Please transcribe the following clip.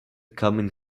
coming